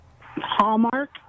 Hallmark